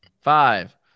Five